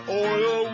oil